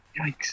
yikes